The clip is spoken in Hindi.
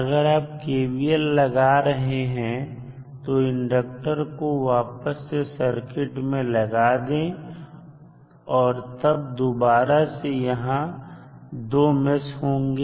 अगर आप KVL लगा रहे हैं तो इंडक्टर को वापस से सर्किट में लगा दें और तब दोबारा से यहां दो मेष होंगे